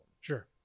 Sure